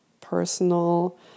personal